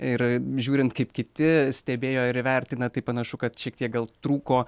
ir žiūrint kaip kiti stebėjo ir įvertina tai panašu kad šiek tiek gal trūko